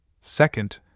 Second